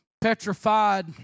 petrified